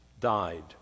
died